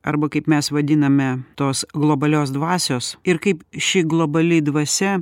arba kaip mes vadiname tos globalios dvasios ir kaip ši globali dvasia